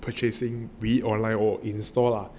purchasing be it online or in store lah